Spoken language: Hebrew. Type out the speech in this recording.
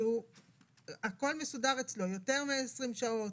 שהכול מסודר אצלו, יותר מ-20 שעות